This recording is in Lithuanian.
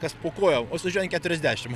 kas po kojom o jisai važiuoja ant keturiasdešimt